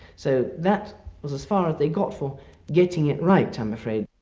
so that was as far as they got for getting it right, i'm afraid.